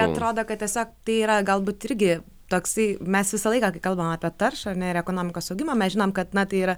atrodo kad tiesiog tai yra galbūt irgi toksai mes visą laiką kai kalbam apie taršą ar ne ir ekonomikos augimą mes žinom kad na tai yra